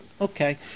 okay